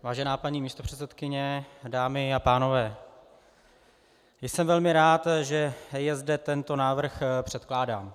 Vážená paní místopředsedkyně, dámy a pánové, jsem velmi rád, že je zde tento návrh předkládán.